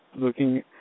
looking